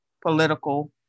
political